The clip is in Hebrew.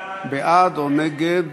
בעד או נגד?